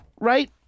right